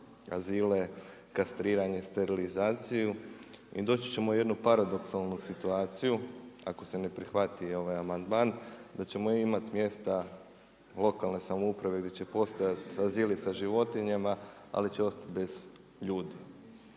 azile, kastriranje, sterilizaciju. I doći ćemo u jednu paradoksalnu situaciju, ako se ne prihvati ovaj amandman da ćemo imati mjesta lokalne samouprave gdje će postojati azili sa životinjama ali će ostati bez ljudi.